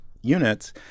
units